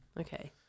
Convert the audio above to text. Okay